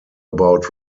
about